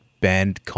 band